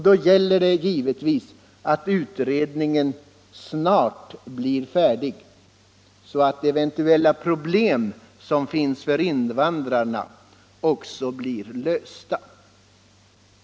Då gäller det givetvis att utredningen snart blir färdig så att eventuella problem som finns för invandrarna också blir lösta.